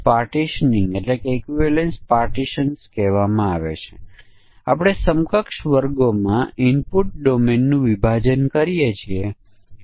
function નીચેનું કામ અમલમાં મૂકે છે ડિપોઝિટ અવધિના આધારે બેંક ડિપોઝિટ પર વિવિધ વ્યાજના દર ચૂકવે છે